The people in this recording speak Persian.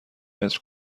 متر